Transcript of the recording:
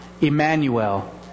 Emmanuel